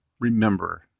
remember